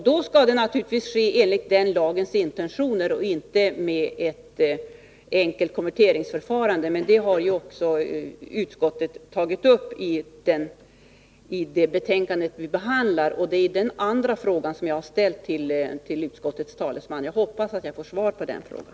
Då skall det naturligtvis ske enligt den lagens intentioner och inte med ett enkelt konverteringsförfarande. Men detta har ju också utskottet tagit upp i det betänkande vi behandlar, och det tas upp i den andra fråga som jag har ställt till utskottets talesman. Jag hoppas att jag får svar på den frågan.